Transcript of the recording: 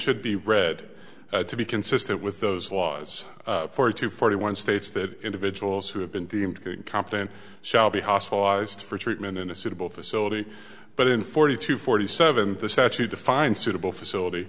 should be read to be consistent with those laws forty two forty one states that individuals who have been deemed competent shall be hospitalized for treatment in a suitable facility but in forty two forty seven the statute to find suitable facility